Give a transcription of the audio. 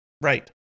Right